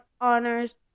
honors